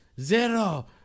Zero